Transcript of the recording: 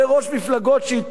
ששותפים שלו,